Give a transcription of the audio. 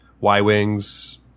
Y-Wings